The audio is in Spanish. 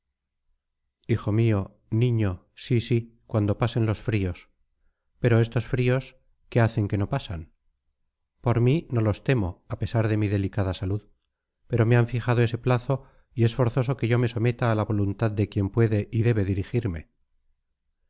hijo mío niño sí sí cuando pasen los fríos pero estos fríos qué hacen que no pasan por mí no los temo a pesar de mi delicada salud pero me han fijado ese plazo y es forzoso que yo me someta a la voluntad de quien puede y debe dirigirme